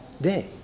day